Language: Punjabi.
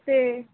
ਅਤੇ